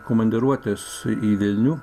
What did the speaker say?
komandiruotės į vilnių